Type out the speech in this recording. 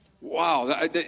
Wow